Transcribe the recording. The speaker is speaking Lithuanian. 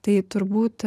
tai turbūt